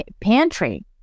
pantry